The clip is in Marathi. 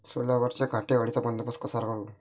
सोल्यावरच्या घाटे अळीचा बंदोबस्त कसा करू?